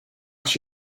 als